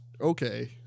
okay